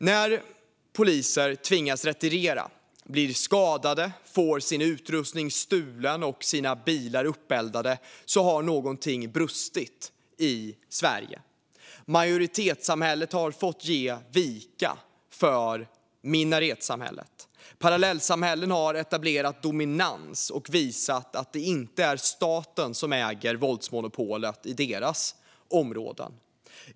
När poliser tvingas retirera, blir skadade, får sin utrustning stulen och sina bilar uppeldade har någonting brustit i Sverige. Majoritetssamhället har fått ge vika för minaretsamhället. Parallellsamhällen har etablerat dominans och visat att det inte är staten som äger våldsmonopolet i deras områden.